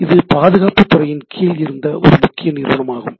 இது பாதுகாப்புத் துறையின் கீழ் இருந்த ஒரு முக்கிய நிறுவனமாகும்